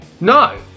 no